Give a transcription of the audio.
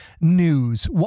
news